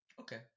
Okay